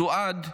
סועד,